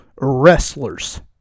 wrestlers